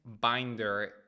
Binder